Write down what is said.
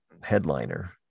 headliner